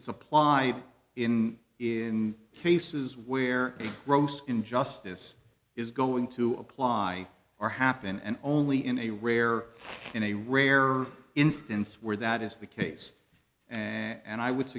it's apply in in cases where a gross injustice is going to apply or happen and only in a rare in a rare instance where that is the case and i would